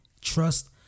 Trust